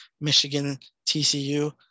Michigan-TCU